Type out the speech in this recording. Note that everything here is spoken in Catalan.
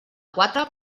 quatre